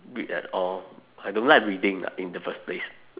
read at all I don't like reading lah in the first place